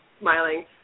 smiling